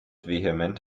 vehement